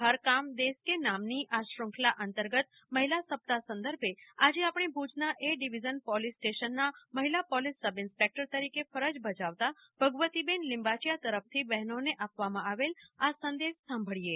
હરકામ દેશ કે નામની શ્રંખલા અંતર્ગત મહિલા સપ્તાહ સંદર્ભે આજે આપણે ભુજના એ ડિવીઝન પોલીસ સ્ટેશનના મહિલા પોલીસ સબ ઈન્સ્પેકટર તરીકે ફરજ બજાવતા ભગવતીબેન લીંબાચીયા તરફથી બહેનો આપવામાં આવેલ આ સંદેશ સાંભળીયે